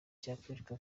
cyakwereka